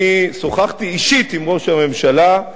אני שוחחתי אישית עם ראש הממשלה.